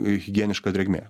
higieniška drėgmė